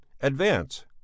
advance